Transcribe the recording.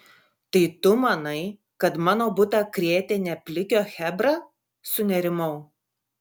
tai tu manai kad mano butą krėtė ne plikio chebra sunerimau